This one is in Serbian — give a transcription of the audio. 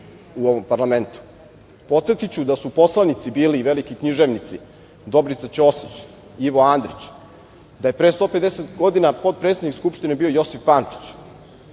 u ovom parlamentu. Podsetiću da su poslanici bili i veliki književnici Dobrica Ćosić, Ivo Andrić, da je pre 150 godina potpredsednik Skupštine bio Josif Pančić